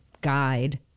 guide